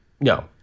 No